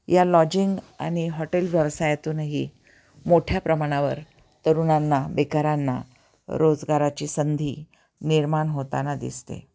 या लॉजिंग आणि हॉटेल व्यवसायातूनही मोठ्या प्रमाणावर तरुणांना बेकारांना रोजगाराची संधी निर्माण होताना दिसते